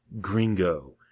Gringo